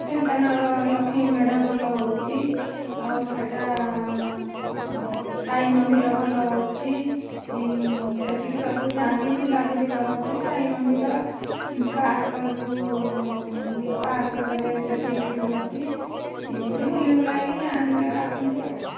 ଢେଙ୍କାନାଳ ଲକ୍ଷ୍ମୀ ମେଢ଼ ଭଲ ହେଉଛି ଆଉ ସେଇଟା ସାଇ ମନ୍ଦିର ଭଲ ଅଛି ସେଠିକି ସବୁ ଯାଆନ୍ତି ବୁଲାବୁଲି କରନ୍ତି ସାଇ ମନ୍ଦିର ପାର୍କ ଯେଉଁ ୟେ ପାର୍କଟାରେ ସେଇଠି ଭି ବୁଲନ୍ତି ଏମିତି ବୁଲି ବୁଲା କି ଗାଆଁରେ ଆସନ୍ତି ଆଉ